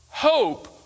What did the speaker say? Hope